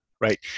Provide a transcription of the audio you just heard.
right